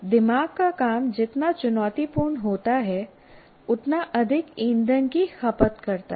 दिमाग का काम जितना चुनौतीपूर्ण होता है उतना अधिक ईंधन की खपत करता है